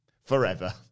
Forever